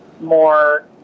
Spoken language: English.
more